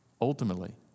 Ultimately